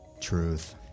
truth